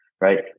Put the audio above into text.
right